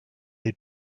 they